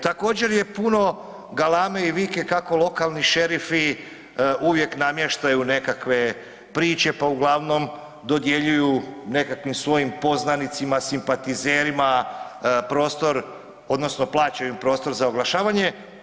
Također je puno galame i vike kako lokalni šerifi uvijek namještaju nekakve priče, pa uglavnom dodjeljuju nekakvim svojim poznanicima, simpatizerima prostor odnosno plaćaju im prostor za oglašavanje.